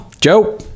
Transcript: Joe